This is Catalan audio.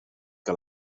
que